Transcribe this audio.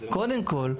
קודם כל,